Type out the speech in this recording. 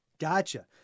Gotcha